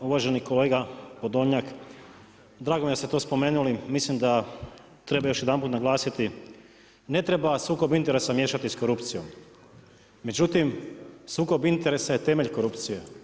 Uvaženi kolega Podolnjak, drago mi je da ste to spomenuli, mislim da treba još jedanput naglasiti, ne treba sukob interesa miješati sa korupcijom, međutim, sukob interesa je temelj korupcije.